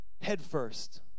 headfirst